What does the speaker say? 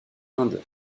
inde